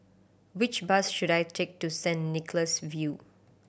which bus should I take to Saint Nicholas View